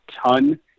ton